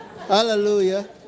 Hallelujah